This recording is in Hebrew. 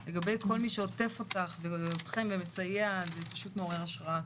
לגבי מי שעוטף אותך ואתכם ומסייע זה פשוט מעורר השראה,